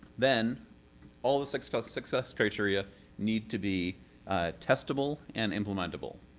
then all the success success criteria need to be testable and implementable.